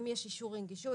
אם יש אישור נגישות,